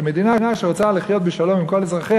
כי במדינה שרוצה לחיות בשלום עם כל אזרחיה,